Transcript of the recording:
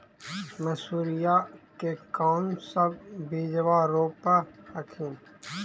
मसुरिया के कौन सा बिजबा रोप हखिन?